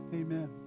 Amen